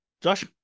Josh